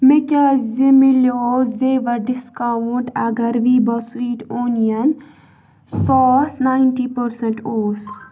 مےٚ کیازِ مِلیٚو زیبہ ڈسکاونٛٹ اگر ویبہ سویٹ اونیَن سواس نایِنٹی پٔرسَنٛٹ اوس